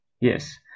Yes